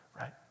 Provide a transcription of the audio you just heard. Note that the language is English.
right